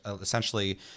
essentially